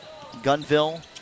Gunville